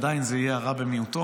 עדיין זה יהיה הרע במיעוטו.